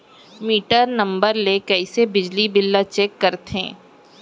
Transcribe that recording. Metre number ले कइसे बिजली बिल ल चेक करथे?